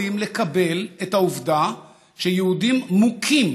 ואנחנו לא יכולים לקבל את העובדה שיהודים מוכים,